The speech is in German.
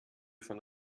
von